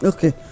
Okay